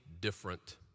different